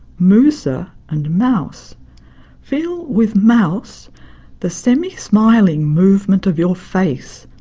moosa and mouse feel with mouse the semi-smiling movement of your face,